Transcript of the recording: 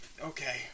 Okay